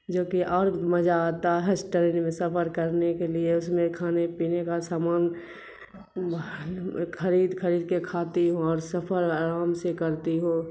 جو کہ اور مزا آتا ہے اس ٹرین میں سفر کرنے کے لیے اس میں کھانے پینے کا سامان خرید خرید کے کھاتی ہوں اور سفر آرام سے کرتی ہوں